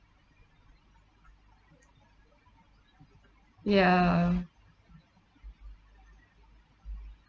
ya